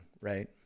right